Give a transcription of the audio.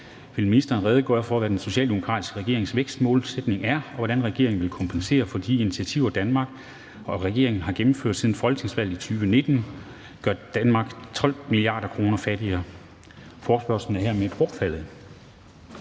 »Vil ministeren redegøre for, hvad den socialdemokratiske regerings vækstmålsætning er, og hvordan vil regeringen kompensere for, at de initiativer, regeringen har gennemført siden folketingsvalget 2019, gør Danmark 12 mia. kr. fattigere?« (Forespørgsel nr. F 35).